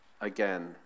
again